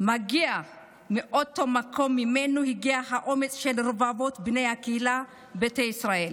מגיע מאותו המקום שממנו הגיע האומץ של רבבות בני קהילת ביתא ישראל